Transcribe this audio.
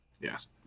Yes